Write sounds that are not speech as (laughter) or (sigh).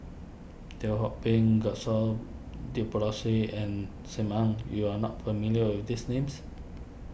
Teo Ho Pin Gaston (unintelligible) and Sim Ann you are not familiar with these names